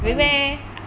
I mean